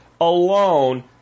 alone